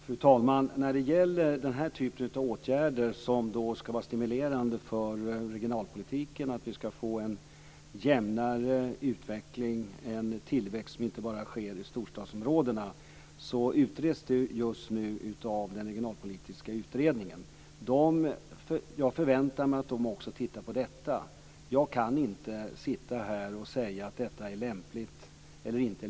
Fru talman! Den typen av åtgärder ska vara stimulerande för regionalpolitiken, dvs. få en jämnare utveckling och en tillväxt som inte bara sker i storstadsområdena. Detta utreds av den regionalpolitiska utredningen. Jag förväntar mig att man tittar även på detta. Det går inte att här säga om detta är lämpligt eller inte.